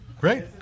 great